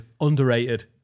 underrated